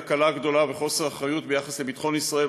תקלה וחוסר אחריות ביחס לביטחון ישראל,